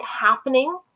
happening